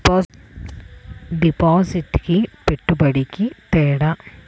డిపాజిట్కి పెట్టుబడికి తేడా?